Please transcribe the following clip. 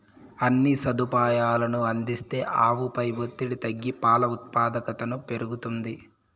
అన్ని సదుపాయాలనూ అందిస్తే ఆవుపై ఒత్తిడి తగ్గి పాల ఉత్పాదకతను పెరుగుతుంది